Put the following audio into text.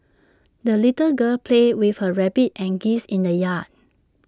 the little girl played with her rabbit and geese in the yard